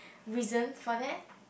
reason for that